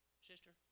sister